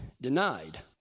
denied